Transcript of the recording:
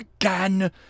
again